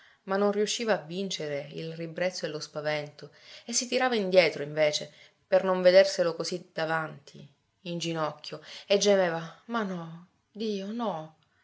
ma non riusciva a vincere il ribrezzo e lo spavento e si tirava indietro invece per non vederselo così davanti in ginocchio e gemeva ma no dio no